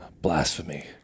Blasphemy